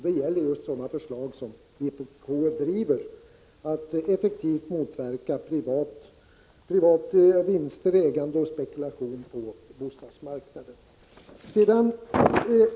Det gäller just sådana förslag som vpk driver, att effektivt motverka privata vinster, privat ägande och spekulation på bostadsmarknaden.